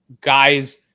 guys